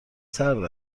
سرد